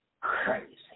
crazy